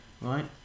Right